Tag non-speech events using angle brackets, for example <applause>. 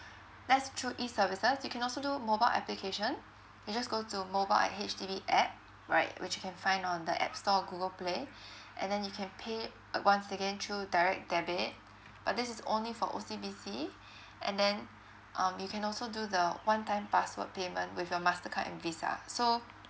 that's through e services you can also do mobile application you just go to mobile at H_D_B app right which you can find on the app store or google play <breath> and then you can pay uh once again through direct debit uh this is only for O_C_B_C <breath> and then um you can also do the one time password payment with your mastercard and visa so